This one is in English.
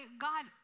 God